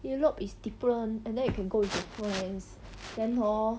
europe different and then you can go with your friends then hor